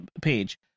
page